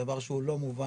זה דבר שהוא לא מובן,